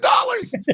dollars